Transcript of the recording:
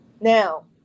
Now